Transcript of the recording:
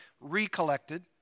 recollected